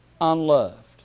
unloved